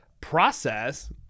process